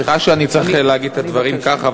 סליחה שאני צריך להגיד את הדברים ככה,